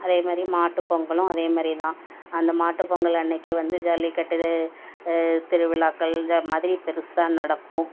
அதேமாரி மாட்டு பொங்கலும் அதேமாரியே தான் அந்த மாட்டு பொங்கல் அன்றைக்கே வந்து ஜல்லிக்கட்டு திருவிழாக்கள் மாதிரி பெருசாக நடக்கும்